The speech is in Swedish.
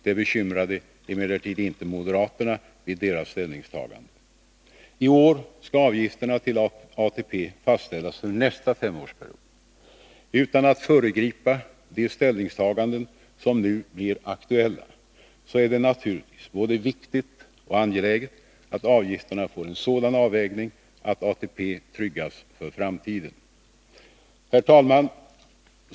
Det bekymrade emellertid inte moderaterna vid deras ställningstagande. I år skall avgifterna till ATP fastställas för nästa femårsperiod. Utan att föregripa de ställningstaganden som nu blir aktuella, så är det naturligtvis både viktigt och angeläget att avgifterna får en sådan avvägning att ATP tryggas för framtiden. Herr talman!